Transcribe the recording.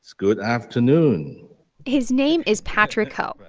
good afternoon his name is patrick ho. but